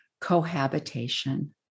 cohabitation